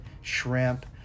shrimp